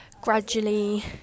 gradually